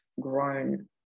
grown